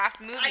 movie